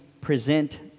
present